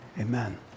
amen